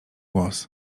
glos